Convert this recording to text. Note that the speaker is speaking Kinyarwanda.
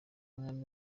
umwami